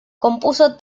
compuso